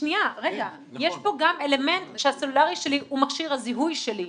יש פה גם אלמנט שהסלולרי שלי הוא מכשיר הזיהוי שלי.